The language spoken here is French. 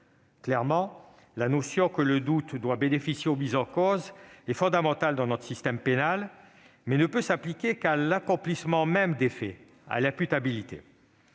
Clairement, la notion que le doute doit bénéficier au mis en cause est fondamentale dans notre système pénal, mais ne peut s'appliquer qu'à l'accomplissement même des faits, donc à l'imputabilité.